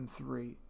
M3